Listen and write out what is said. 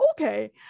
okay